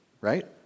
right